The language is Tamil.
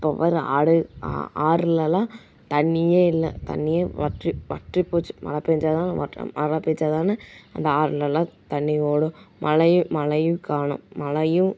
இப்போ வர ஆடு ஆ ஆறுலெல்லாம் தண்ணியே இல்லை தண்ணியே வற்றி வற்றி போய்ச்சி மழை பெஞ்சால் தான மழை பெஞ்சால் தான அந்த ஆறுலெல்லாம் தண்ணி ஓடும் மழையும் மழையும் காணும் மழையும்